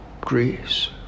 Greece